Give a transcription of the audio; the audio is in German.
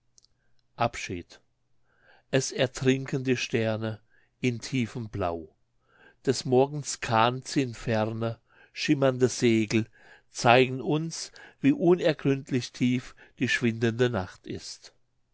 abschied es ertrinken die sterne in tiefem blau des morgens kahn ziehn ferne schimmernde segel zeigen uns wie unergründlich tief die schwindende nacht ist